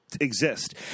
exist